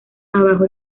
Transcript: abajo